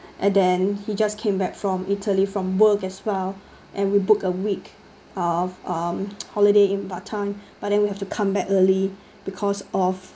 and then he just came back from italy from work as well and we book a week of um holiday in batam but then we have to come back early because of